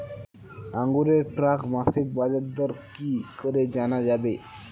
আঙ্গুরের প্রাক মাসিক বাজারদর কি করে জানা যাবে?